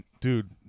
Dude